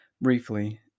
briefly